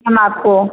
हम आपको